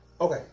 okay